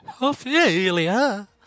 Ophelia